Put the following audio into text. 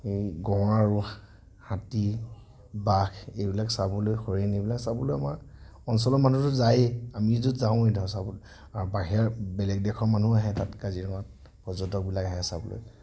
গঁড় আৰু হাতী বাঘ এইবিলাক চাবলৈ হৰিণ এইবিলাক চাবলৈ আমাৰ অঞ্চলৰ মানুহতো যায়েই আমিতো যাওঁৱেই ধৰক চাবলৈ আৰু বাহিৰা বেলেগ দেশৰ মানুহো আহে তাত কাজিৰঙাত পৰ্যটকবিলাক আহে চাবলৈ